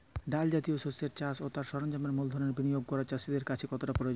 ডাল জাতীয় শস্যের চাষ ও তার সরঞ্জামের মূলধনের বিনিয়োগ করা চাষীর কাছে কতটা প্রয়োজনীয়?